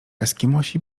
eskimosi